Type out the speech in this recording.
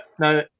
no